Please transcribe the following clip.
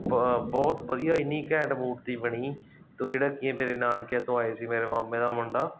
ਬਹੁਤ ਵਧੀਆ ਇੰਨੀ ਘੈਂਟ ਮੂਰਤੀ ਬਣੀ ਤੋ ਜਿਹੜਾ ਕਿ ਮੇਰੇ ਨਾਨਕਿਆਂ ਤੋਂ ਆਏ ਸੀ ਮੇਰੇ ਮਾਮੇ ਦਾ ਮੁੰਡਾ